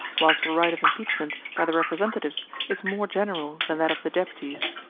whilst the right of impeachment by the representatives is more general than that of the deputies.